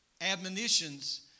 admonitions